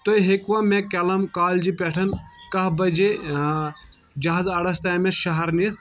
تُہۍ ہٮ۪کوٕ مےٚ کیلم کالجہِ پٮ۪ٹھن کاہہ بجے جہارٕ اَڈس تام مےٚ شہر نِتھ